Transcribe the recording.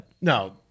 No